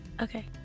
Okay